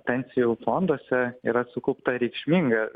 pensijų fonduose yra sukaupta reikšminga